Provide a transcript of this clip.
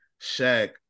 Shaq